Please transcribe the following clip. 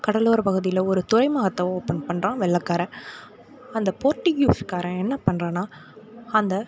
கடலோர பகுதியில் ஒரு துறைமுகத்தை ஓப்பன் பண்ணுறான் வெள்ளைக்காரன் அந்த போர்ட்டிக்யூஸ்க்காரன் என்ன பண்ணுறான்னா அந்த